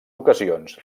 ocasions